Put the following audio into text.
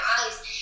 eyes